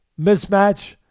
mismatch